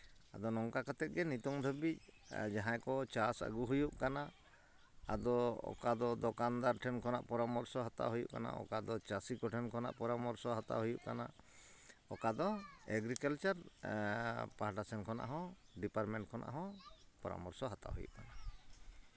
ᱟᱫᱚ ᱱᱚᱝᱠᱟ ᱠᱟᱛᱮᱫ ᱜᱮ ᱱᱤᱛᱚᱝ ᱫᱷᱟᱹᱵᱤᱡ ᱡᱟᱦᱟᱸᱭ ᱠᱚ ᱪᱟᱥ ᱟᱹᱜᱩ ᱦᱩᱭᱩᱜ ᱠᱟᱱᱟ ᱟᱫᱚ ᱚᱠᱟᱫᱚ ᱫᱚᱠᱟᱱᱫᱟᱨ ᱴᱷᱮᱱ ᱠᱷᱚᱱᱟᱜ ᱯᱚᱨᱟᱢᱚᱨᱥᱚ ᱦᱟᱛᱟᱣ ᱦᱩᱭᱩᱜ ᱠᱟᱱᱟ ᱚᱠᱟᱫᱚ ᱪᱟᱹᱥᱤ ᱠᱚᱴᱷᱮᱱ ᱠᱷᱚᱱᱟᱜ ᱯᱚᱨᱟᱢᱚᱨᱥᱚ ᱦᱟᱛᱟᱣ ᱦᱩᱭᱩᱜ ᱠᱟᱱᱟ ᱚᱠᱟᱫᱚ ᱮᱜᱽᱨᱤᱠᱟᱞᱪᱟᱨ ᱯᱟᱦᱴᱟ ᱥᱮᱱ ᱠᱷᱚᱱᱟᱜ ᱦᱚᱸ ᱰᱤᱯᱟᱨᱢᱮᱱᱴ ᱠᱷᱚᱱᱟᱜ ᱦᱚᱸ ᱯᱚᱨᱟᱢᱚᱨᱥᱚ ᱦᱟᱛᱟᱣ ᱦᱩᱭᱩᱜ ᱠᱟᱱᱟ